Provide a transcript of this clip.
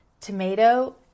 tomato